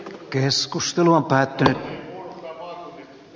keskustelu päättyi r